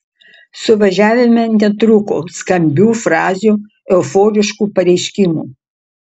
suvažiavime netrūko skambių frazių euforiškų pareiškimų